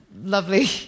lovely